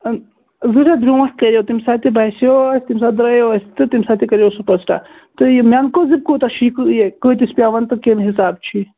زٕ دۄہہ برٛونٛٹھ کَریو تَمہِ ساتہٕ تہِ باسٮ۪و اَتھ تَمہِ ساتہٕ درٛایو اَسہِ تہٕ تَمہِ ساتہٕ تہِ کَریو سوٗپَر سٹا تہٕ یہِ مٮ۪نکو زِپ کوٗتاہ چھُ یہِ کۭتِس پٮ۪وان تہٕ کَمہِ حِساب چھُ یہِ